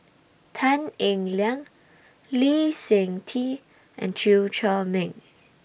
Tan Eng Liang Lee Seng Tee and Chew Chor Meng